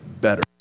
better